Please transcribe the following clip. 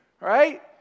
Right